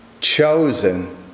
chosen